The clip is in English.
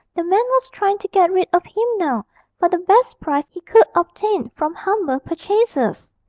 the man was trying to get rid of him now for the best price he could obtain from humble purchasers.